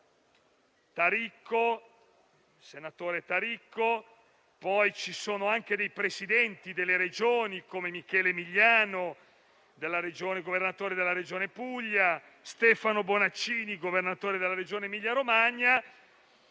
sono poi anche Presidenti di Regioni, come Michele Emiliano, Governatore della Regione Puglia, Stefano Bonaccini, Governatore della Regione Emilia-Romagna,